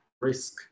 risk